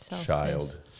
child